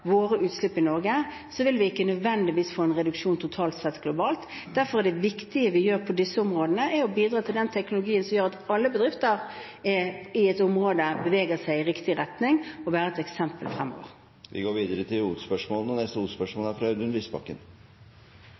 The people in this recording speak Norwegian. våre utslipp i Norge, vil vi ikke nødvendigvis totalt sett få en reduksjon globalt. Derfor er det viktige vi gjør på disse områdene, å bidra til den teknologien som gjør at alle bedrifter i et område beveger seg i riktig retning, og kan være et eksempel fremover. Vi går videre til neste hovedspørsmål.